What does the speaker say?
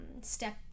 step